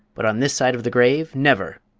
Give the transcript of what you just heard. but on this side of the grave, never!